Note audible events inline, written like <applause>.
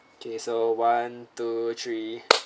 okay so one two three <noise>